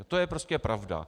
A to je prostě pravda.